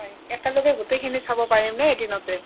হয় একেলগে গোটেইখিনি চাব পাৰিমনে এদিনতে